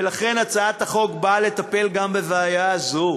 ולכן הצעת החוק באה לטפל גם בבעיה זו.